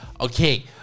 okay